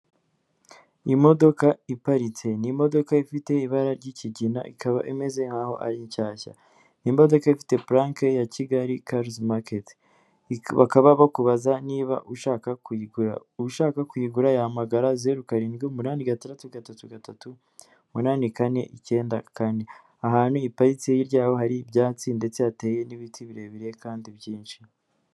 Iyi modoka iparitse, ni imodoka ifite ibara ry'ikigina ikaba imeze nk'aho ari nshyashya. Ni imodokadoka ifite planqué ya Kigali Cars Market, bakaba bakubaza niba ushaka kuyigura. Ushaka kuyigura yahamagara zeru karindwi umunani gatandatu gatatu gatatu munani kane icyenda, ahantu iparitse hirya y'aho hari ibyatsi ndetse hateye n'ibiti birebire kandi byinshi.